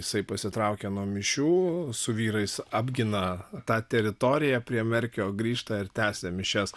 jisai pasitraukia nuo mišių su vyrais apgina tą teritoriją prie merkio grįžta ir tęsia mišias